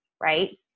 right